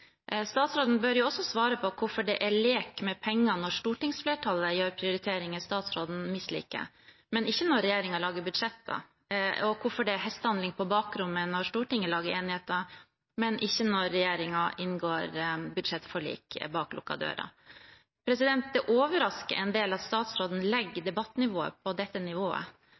Statsråden bør også svare på hvorfor det er lek med penger når stortingsflertallet gjør prioriteringer statsråden misliker, men ikke når regjeringen lager budsjetter, og hvorfor det er hestehandel på bakrommet når Stortinget lager enigheter, men ikke når regjeringen inngår budsjettforlik bak lukkede dører. Det overrasker en del at statsråden legger debattnivået på dette nivået.